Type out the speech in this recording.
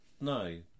no